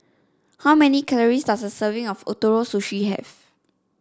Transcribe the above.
how many calories does a serving of Ootoro Sushi have